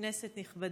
כנסת נכבדה,